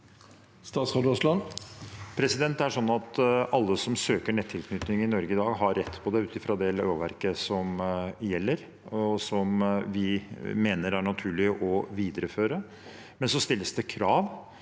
Aasland Alle som søker nettilknytning i Norge i dag, har rett på det ut fra det lovverket som gjelder, og som vi mener er naturlig å videreføre. Så stilles det krav,